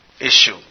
issue